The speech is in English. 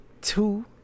two